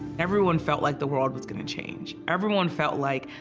everyone felt like the world was going to change. everyone felt like,